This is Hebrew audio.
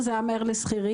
זה היה מהר לשכירים.